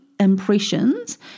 impressions